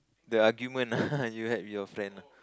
the argument ah you had with your friend ah